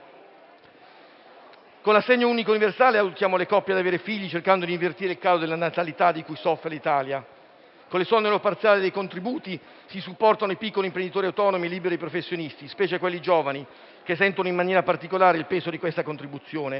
Con l'assegno unico universale aiutiamo le coppie ad avere figli, cercando di invertire il calo della natalità di cui soffre l'Italia, mentre con l'esonero parziale dei contributi si supportano i piccoli imprenditori autonomi e i liberi professionisti, specie quelli giovani, che sentono in maniera particolare il peso di questa contribuzione.